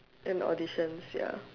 and auditions ya